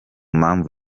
mpamvu